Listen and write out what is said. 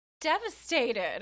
devastated